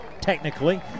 technically